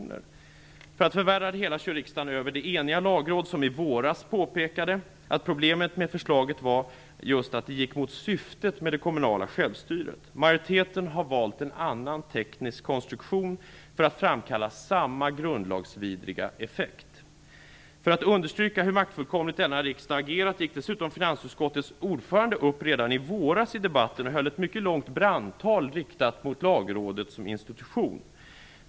För att förvärra det hela kör riksdagen över det eniga lagråd som i våras påpekade att problemet med förslaget just var att det gick emot syftet med det kommunala självstyret. Majoriteten har valt en annan teknisk konstruktion för att framkalla samma grundlagsvidriga effekt. Som för att understryka hur maktfullkomligt denna riksdag har agerat, gick dessutom finansutskottets ordförande redan i våras upp i debatten och höll ett mycket långt brandtal riktat mot Lagrådet som institution.